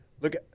Look